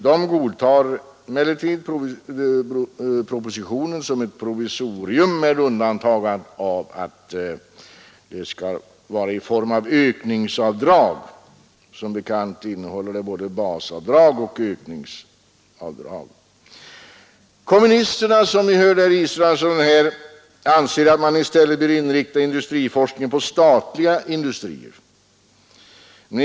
De godtar propositionens förslag som ett provisorium men vill att det skall utformas som ett ökningsavdrag. Som bekant innehåller förslaget både ett basavdrag och ett ökningsavdrag. Kommunisterna anser, som vi hörde av herr Israelsson, att man i stället bör inrikta industriforskningen på statliga industrier.